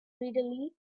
readily